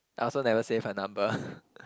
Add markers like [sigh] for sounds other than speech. I also never save her number [laughs]